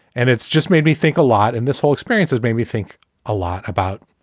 and it's just made me think a lot. and this whole experience has made me think a lot about.